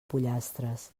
pollastres